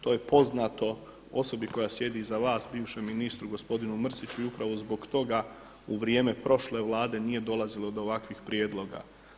To je poznato osobi koja sjedi iza vas, bivšem ministru gospodinu Mrsiću i upravo zbog toga u vrijeme prošle Vlade nije dolazilo do ovakvih prijedloga.